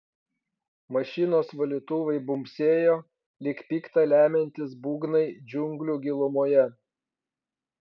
mašinos valytuvai bumbsėjo lyg pikta lemiantys būgnai džiunglių gilumoje